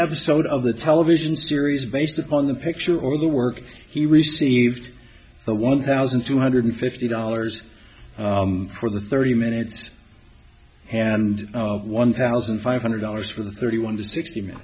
episode of the television series based on the picture or the work he received the one thousand two hundred fifty dollars for the thirty minutes and one thousand five hundred dollars for the thirty one to sixty minute